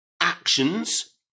actions